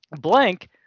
Blank